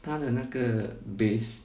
他的那个 base